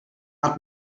hat